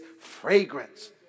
fragrance